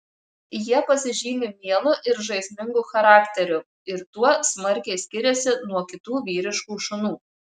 jie pasižymi mielu ir žaismingu charakteriu ir tuo smarkiai skiriasi nuo kitų vyriškų šunų